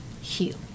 heal